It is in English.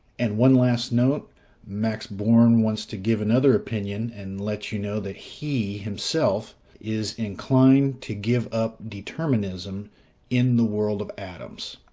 and one last note max born wants to give another opinion, and let you know that he himself is inclined to give up determinism in the world of atoms.